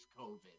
COVID